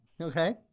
Okay